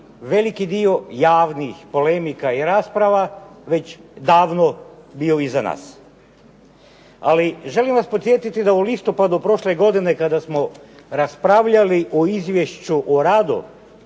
veliki dio javnih polemika i rasprava već davno bio iza nas. Ali želim vas podsjetiti da u listopadu prošle godine kada smo raspravljali o Izvješću o radu